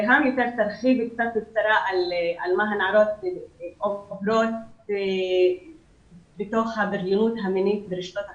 ריהאם תרחיב מה קורה עם הנערות והסבל שנגרם להן ברשתות החברתיות.